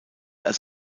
als